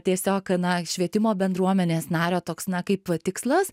tiesiog na švietimo bendruomenės nario toks na kaip tikslas